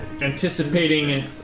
anticipating